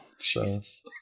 Jesus